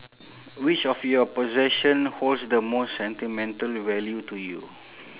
which of your possession holds the most sentimental value to you